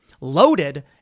loaded